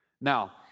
Now